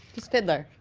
just fiddler.